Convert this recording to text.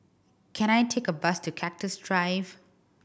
can I take a bus to Cactus Drive